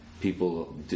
people